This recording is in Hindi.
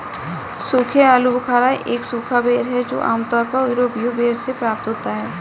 सूखे आलूबुखारा एक सूखा बेर है जो आमतौर पर यूरोपीय बेर से प्राप्त होता है